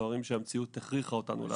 הדברים שהמציאות הכריחה אותנו לעשות.